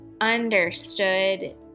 understood